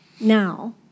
now